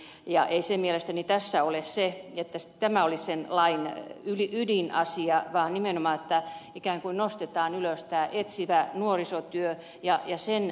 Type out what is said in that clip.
ei se mielestäni tässä ole se lain ydinasia vaan nimenomaan se että ikään kuin nostetaan ylös tämä etsivä nuorisotyö ja sen luonne